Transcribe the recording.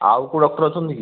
ଆଉ କେଉଁ ଡକ୍ଟର ଅଛନ୍ତି କି